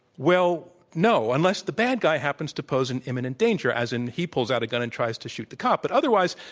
well, no. unless the bad guy happens to pose an imminent danger, as in he pulls out a gun and tries to shoot the cop. but otherwise,